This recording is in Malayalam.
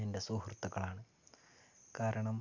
എൻ്റെ സുഹൃത്തുകളാണ് കാരണം